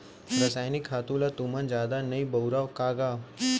रसायनिक खातू ल तुमन जादा नइ बउरा का गा?